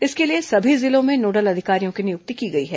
इसके लिए सभी जिलों में नोडल अधिकारियों की नियुक्ति की गई है